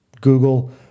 Google